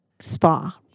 spa